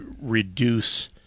reduce